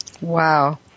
Wow